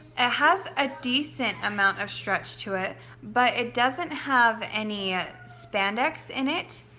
a has a decent amount of stretch to it but it doesn't have any spandex in it.